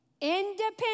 independent